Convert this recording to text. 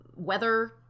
Weather